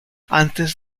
antes